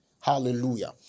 Hallelujah